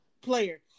player